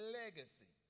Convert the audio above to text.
legacy